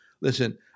Listen